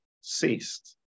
ceased